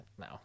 no